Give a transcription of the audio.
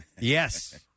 Yes